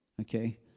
okay